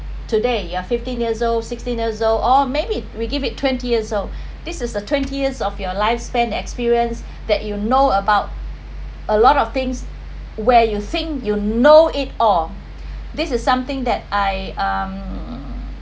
today you are fifteen years old sixteen years old or maybe we give it twenty years old this is the twenty years of your lifespan experience that you know about a lot of things where you think you know it all this is something that I um